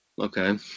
Okay